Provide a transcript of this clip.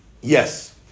yes